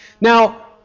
Now